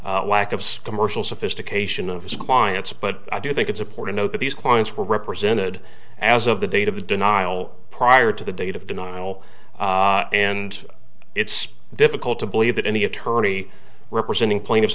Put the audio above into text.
the lack of commercial sophistication of his clients but i do think it's important note that these clients were represented as of the date of the denial prior to the date of denial and it's difficult to believe that any attorney representing plaintiffs